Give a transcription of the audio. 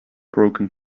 broken